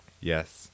Yes